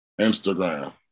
Instagram